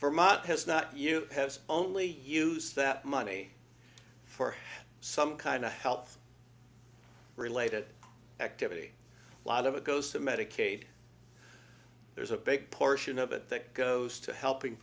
vermont has not you have only used that money for some kind of health related activity a lot of it goes to medicaid there's a big portion of it that goes to helping